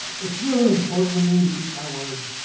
it's really important to me to keep my word.